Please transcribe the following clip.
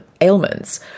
ailments